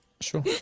Sure